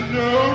no